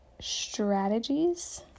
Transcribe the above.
strategies